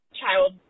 child